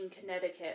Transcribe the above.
Connecticut